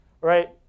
right